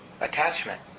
attachment